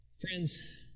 Friends